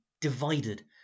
divided